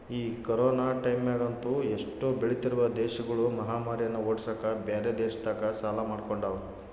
ಈ ಕೊರೊನ ಟೈಮ್ಯಗಂತೂ ಎಷ್ಟೊ ಬೆಳಿತ್ತಿರುವ ದೇಶಗುಳು ಮಹಾಮಾರಿನ್ನ ಓಡ್ಸಕ ಬ್ಯೆರೆ ದೇಶತಕ ಸಾಲ ಮಾಡಿಕೊಂಡವ